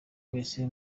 wese